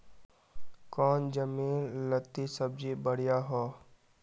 कौन जमीन लत्ती सब्जी बढ़िया हों?